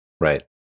Right